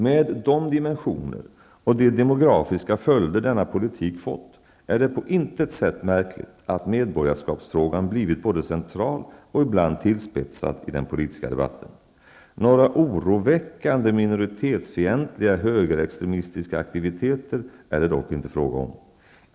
Med de dimensioner och de demografiska följder denna politik fått är det på intet sätt märkligt att medborgarskapsfrågan blivit både central och ibland tillspetsad i den politiska debatten. Några ''oroväckande minoritetsfientliga högerextremistiska aktiviteter'' är det dock inte fråga om.